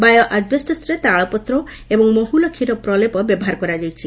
bio ଆଜ୍ବେଷ୍ଟସ୍ରେ ତାଳପତ୍ର ଏବଂ ମହୁଲ କ୍ଷୀର ପ୍ରଲେପ ବ୍ୟବହାର କରାଯାଇଛି